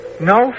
No